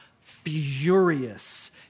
furious